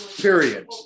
Period